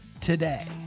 today